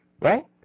right